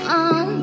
on